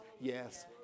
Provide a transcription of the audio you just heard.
yes